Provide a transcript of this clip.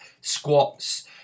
squats